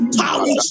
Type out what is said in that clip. power